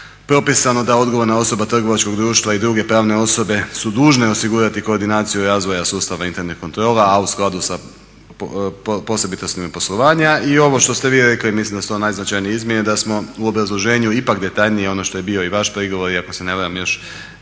propisano da odgovorna osoba trgovačkog društva i druge pravne osobe su dužne osigurati koordinaciju razvoja sustava internih kontrola, a u skladu sa …/Govornik se ne razumije./… poslovanja. I ovo što ste vi rekli, mislim da su to najznačajnije izmjene, da smo u obrazloženju ipak detaljnije ono što je bio i vaš prigovor i ako se ne varam još